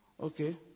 Okay